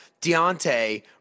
Deontay